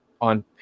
on